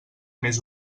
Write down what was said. més